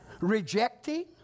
rejecting